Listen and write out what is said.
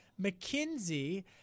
McKinsey